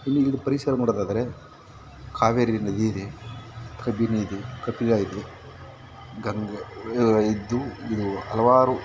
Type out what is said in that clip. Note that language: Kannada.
ಇಲ್ಲಿನ ಪರಿಸರ ನೋಡೋದಾದರೆ ಕಾವೇರಿ ನದಿ ಇದೆ ಕಬಿನಿ ಇದೆ ಕಪಿಲ ಇದೆ ಗಂಗೆ ಇದ್ದು ಇದು ಹಲವಾರು